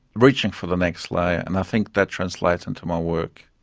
reaching for the next layer. and i think that translates into my work.